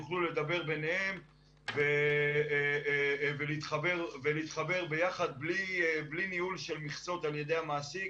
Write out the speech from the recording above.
יוכלו לדבר ביניהם ולהתחבר ביחד בלי ניהול של מכסות על ידי המעסיק